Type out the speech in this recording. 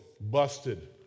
busted